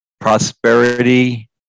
prosperity